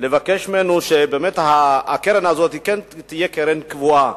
ולבקש ממנו שבאמת הקרן הזאת כן תהיה קרן קבועה.